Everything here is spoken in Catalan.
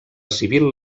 civil